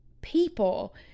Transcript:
people